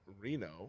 Reno